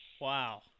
Wow